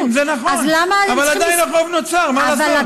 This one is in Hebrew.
מסכים, זה נכון, אבל עדיין החוב נוצר, מה לעשות?